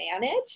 manage